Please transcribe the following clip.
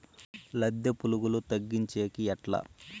లద్దె పులుగులు తగ్గించేకి ఎట్లా?